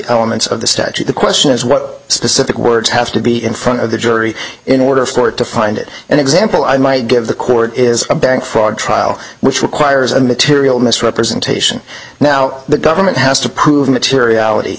elements of the statute the question is what specific words have to be in front of the jury in order for it to find it an example i might give the court is a bank fraud trial which requires a material misrepresentation now the government has to prove materiality